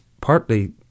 partly